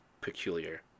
peculiar